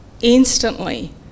instantly